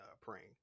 praying